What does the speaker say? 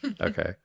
Okay